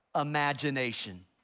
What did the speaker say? imagination